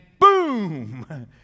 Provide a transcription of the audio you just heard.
boom